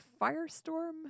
firestorm